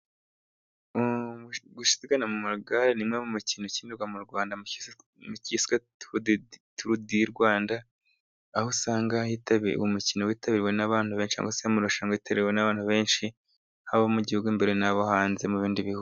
Gusiganwa mu magare ni umwe mu mikino ukinirwa mu Rwanda ryiswe turudirwanda, aho usanga umukino witabiriwe n'abantu benshi cyangwa se amarushanwa yitabiriwe n'abantu benshi haba mu gihugu imbere n'abo hanze mu bindi bihugu.